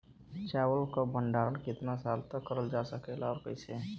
चावल क भण्डारण कितना साल तक करल जा सकेला और कइसे?